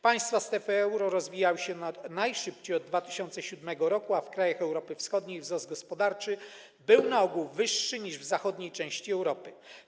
Państwa strefy euro rozwijały się najszybciej od 2007 r., a w krajach Europy Wschodniej wzrost gospodarczy był na ogół wyższy niż w zachodniej części Europy.